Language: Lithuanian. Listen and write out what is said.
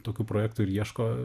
tokių projektų ir ieško